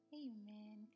amen